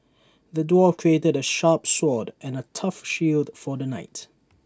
the dwarf crafted A sharp sword and A tough shield for the knight